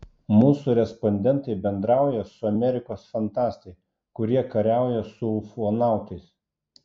mūsų respondentai bendrauja su amerikos fantastais kurie kariauja su ufonautais